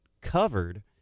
covered